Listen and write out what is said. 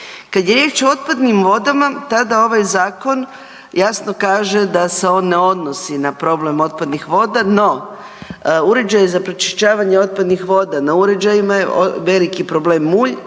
Kada je riječ o otpadnim vodama tada ovaj zakon jasno kaže da se on ne odnosi na problem otpadnih voda, no uređaji za pročišćavanje otpadnih voda na uređajima je veliki problem mulj